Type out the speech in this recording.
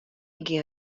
gjin